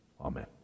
Amen